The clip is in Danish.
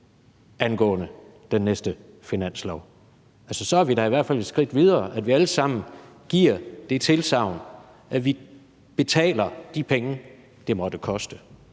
angående den næste finanslov. Altså, så er vi da i hvert fald et skridt videre, hvis vi alle sammen giver det tilsagn, at vi betaler de penge, det måtte koste.